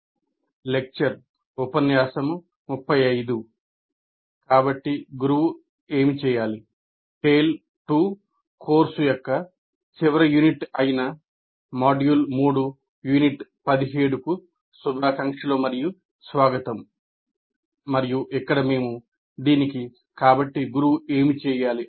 TALE 2 course యొక్క చివరి unit అయిన మాడ్యూల్ 3 యూనిట్ 17 కు శుభాకాంక్షలు మరియు స్వాగతం మరియు ఇక్కడ మేము దీనికి "కాబట్టి గురువు ఏమి చేయాలి